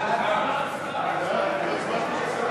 הצעת ועדת הכנסת בדבר הקמת ועדה מיוחדת ליישום